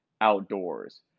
outdoors